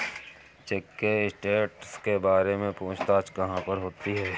Check के status के बारे में पूछताछ कहाँ पर होती है?